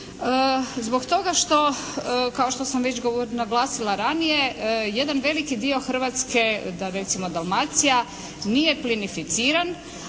zbog toga što kao što sam već naglasila ranije jedan veliki dio Hrvatske recimo Dalmacija nije plinificiran